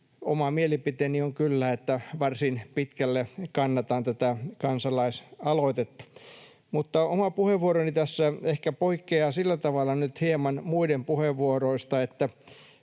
oma mielipiteeni on kyllä, että varsin pitkälle kannatan tätä kansalaisaloitetta. Oma puheenvuoroni tässä ehkä poikkeaa sillä tavalla nyt hieman muiden puheenvuoroista,